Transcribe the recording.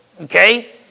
Okay